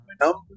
number